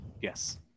Yes